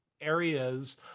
areas